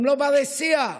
הם לא בני שיח.